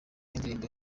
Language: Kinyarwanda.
indirimbo